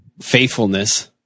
faithfulness